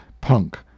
punk